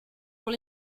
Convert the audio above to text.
pour